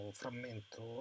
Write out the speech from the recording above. frammento